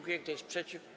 Kto jest przeciw?